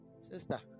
Sister